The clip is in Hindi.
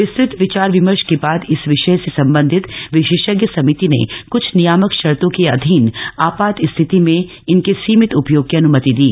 विस्तुत विचार विमर्श के बाद इस विषय से संबंधित विशेषज्ञ समिति ने कुछ नियामक शर्तों के अधीन आपात स्थिति में इनके सीमित उपयोग की अनुमति दी